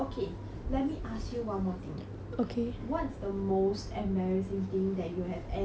what's the most embarrassing thing that you have ever done in school or when you were young